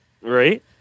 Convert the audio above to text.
Right